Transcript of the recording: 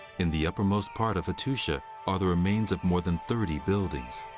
in the uppermost part of hattusha are the remains of more than thirty buildings.